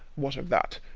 what of that?